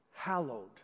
hallowed